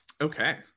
Okay